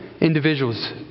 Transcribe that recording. individuals